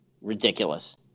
Ridiculous